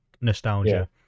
Nostalgia